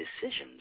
decisions